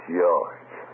George